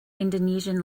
indonesian